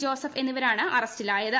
Joseph എന്നിവരാണ് അറസ്റ്റിലായത്